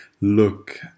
look